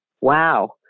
wow